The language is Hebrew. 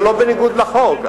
זה לא בניגוד לחוק.